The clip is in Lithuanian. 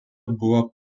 buvo